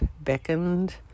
beckoned